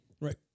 right